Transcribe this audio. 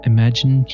Imagine